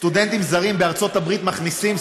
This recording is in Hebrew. סטודנטים זרים בארצות הברית מכניסים,